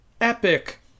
epic